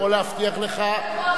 אפשר לעשות את זה גם רטרואקטיבית.